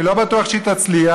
אני לא בטוח שהיא תצליח.